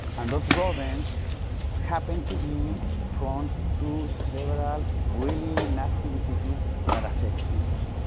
and those rodents happen to be prone to several really nasty diseases that affect humans,